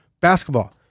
Basketball